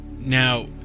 Now